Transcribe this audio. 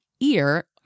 ear